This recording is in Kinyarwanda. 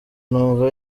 numva